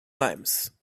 limes